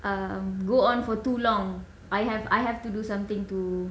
um go on for too long I have I have to do something to